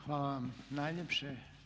Hvala vam najljepše.